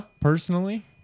Personally